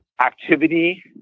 activity